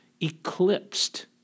eclipsed